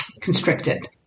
constricted